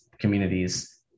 communities